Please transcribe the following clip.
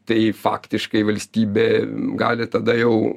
tai faktiškai valstybė gali tada jau